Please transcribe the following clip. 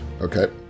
Okay